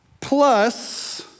plus